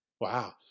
Wow